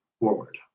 forward